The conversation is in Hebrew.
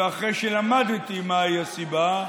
ואחרי שלמדתי מהי הסיבה,